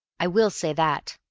i will say that,